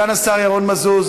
סגן השר ירון מזוז,